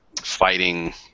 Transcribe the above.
fighting